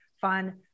fun